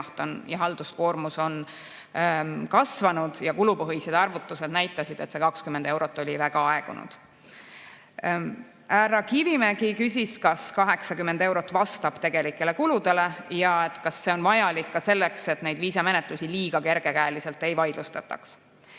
ja halduskoormus on kasvanud ja kulupõhised arvutused näitasid, et see 20 eurot oli väga aegunud. Härra Kivimägi küsis, kas 80 eurot vastab tegelikele kuludele ja kas see on vajalik ka selleks, et neid viisamenetlusi liiga kergekäeliselt ei vaidlustataks.